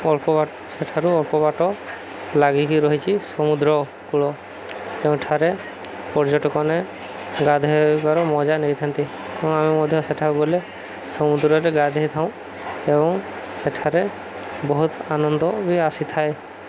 ଅଳ୍ପବାଟ ସେଇଠାରୁ ଅଳ୍ପ ବାଟ ଲାଗିକି ରହିଛି ସମୁଦ୍ରକୂଳ ଯେଉଁଠାରେ ପର୍ଯ୍ୟଟକମାନେ ଗାଧେଇବାର ମଜା ନେଇଥାନ୍ତି ଏବଂ ଆମେ ମଧ୍ୟ ସେଠାକୁ ଗଲେ ସମୁଦ୍ରରେ ଗାଧେଇ ଥାଉ ଏବଂ ସେଠାରେ ବହୁତ ଆନନ୍ଦ ବି ଆସିଥାଏ